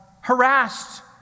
harassed